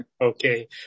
Okay